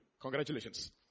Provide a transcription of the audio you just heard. Congratulations